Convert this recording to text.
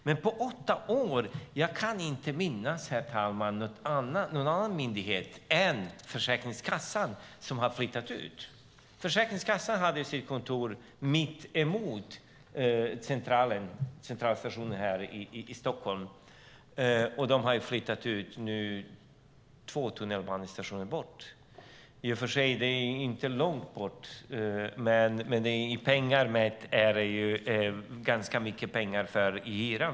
Men på åtta år kan jag inte minnas, herr talman, någon annan myndighet än Försäkringskassan som flyttat ut. Försäkringskassan hade sitt kontor mittemot Centralstationen här i Stockholm. De har nu flyttat ut - två tunnelbanestationer bort. I och för sig är det inte långt, men det är fråga om ganska mycket pengar i hyra.